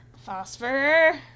Phosphor